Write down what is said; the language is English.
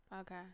Okay